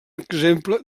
exemple